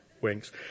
Wings